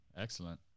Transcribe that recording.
Excellent